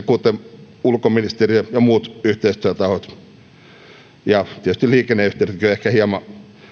kuten ulkoministeriö ja muut yhteistyötahot tietysti liikenneyhteydetkin ovat ehkä hieman